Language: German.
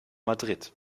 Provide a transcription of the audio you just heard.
madrid